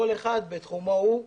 כל אחד בתחומו הוא.